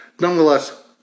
nonetheless